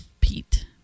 Pete